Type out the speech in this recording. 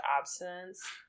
abstinence